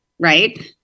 Right